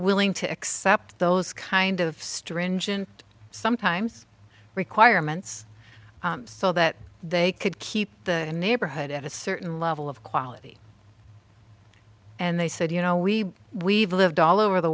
willing to accept those kind of stringent sometimes requirements so that they could keep the neighborhood at a certain level of quality and they said you know we we've lived all over the